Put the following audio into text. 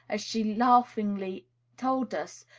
as she laughingly told us,